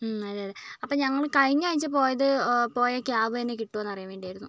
അതെ അതെ അപ്പോൾ ഞങ്ങൾ കഴിഞ്ഞ അഴ്ച്ച പോയത് പോയ ക്യാബ് തന്നെ കിട്ടുവോ എന്നറിയാൻ വേണ്ടിയായിരുന്നു